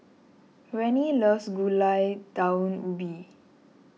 Rennie loves Gulai Daun Ubi